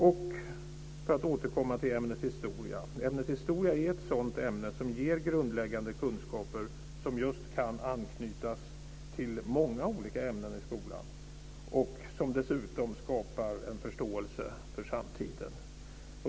Jag återkommer till ämnet historia. Historia är ett sådant ämne som ger grundläggande kunskaper som kan anknyta till många olika ämnen i skolan som dessutom skapar en förståelse för samtiden.